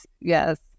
Yes